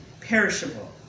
perishable